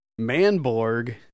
Manborg